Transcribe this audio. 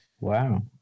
Wow